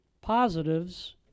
positives